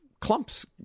clumps